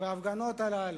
בהפגנות הללו,